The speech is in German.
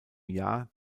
jahr